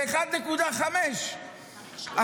ב-1.5 מיליון.